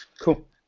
Cool